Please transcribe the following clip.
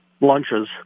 lunches